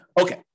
Okay